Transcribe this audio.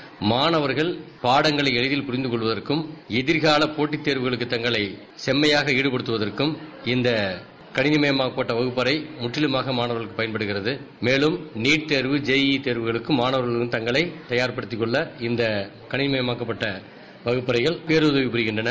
seconds மாணவர்கள் பாடங்களை எளிதில் புரிந்து கொள்வதற்கும் எதிர்கால போட்டித் தேர்வுதளுக்கு தங்களை செம்மையாக ஈடுபடுத்துவதற்கும் இந்த கணினிமயமாக்கப்பட்ட வகுப்பறை முற்றிலுமாக மாணவர்களுக்கு பயன்படுகிறது மேலம் நீட் தேர்வு ஜேசா தேர்வுகளுக்கும் மாணவர்கள் தங்களை தயார்படுத்திக் கொள்ள இந்த கணினிமயமாக்கப்பட் வகுப்பறைகள் பேருதவி பரிகின்றன